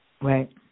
Right